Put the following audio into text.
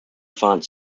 font